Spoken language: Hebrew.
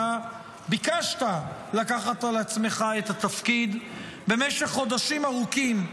אתה ביקשת לקחת על עצמך את התפקיד במשך חודשים ארוכים,